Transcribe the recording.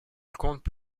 compte